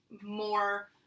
more